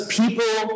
people